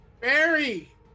Barry